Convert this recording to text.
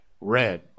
red